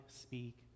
speak